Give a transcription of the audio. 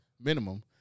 minimum